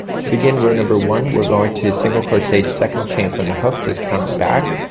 to begin row number one we're going to single crochet second chain from the hook. just count it back.